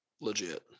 legit